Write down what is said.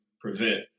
prevent